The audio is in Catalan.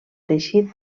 teixit